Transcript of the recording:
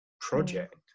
project